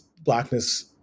Blackness